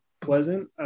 pleasant